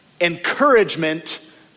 encouragement